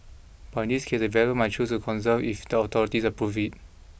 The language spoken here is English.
but in this case the developer might choose to conserve if the authorities approve it